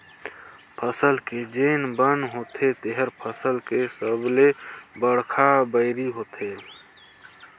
फसल के जेन बन होथे तेहर फसल के सबले बड़खा बैरी होथे